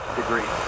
degree